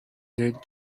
let